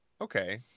Okay